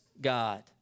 God